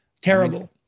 Terrible